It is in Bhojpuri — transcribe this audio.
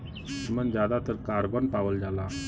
एमन जादातर कारबन पावल जाला